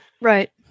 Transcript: Right